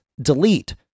delete